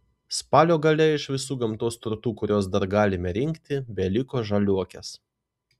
spalio gale iš visų gamtos turtų kuriuos dar galime rinkti beliko žaliuokės